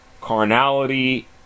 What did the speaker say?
carnality